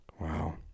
Wow